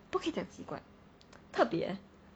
不可以讲奇怪特别